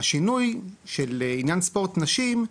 השינוי של עניין ספורט נשים,